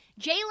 Jalen